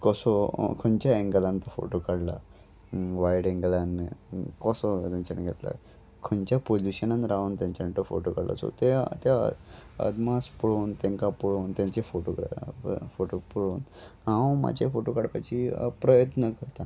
कसो खंयच्या एंगलान तो फोटो काडला वायड एंगलान कसो तेंच्यानी घेतला खंयच्या पोजिशनान रावन तेंच्यानी तो फोटो काडला सो ते त्या अदमास पळोवन तेंकां पळोवन तेंचे फोटो फोटो पळोवन हांव म्हाजे फोटो काडपाची प्रयत्न करता